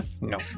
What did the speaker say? no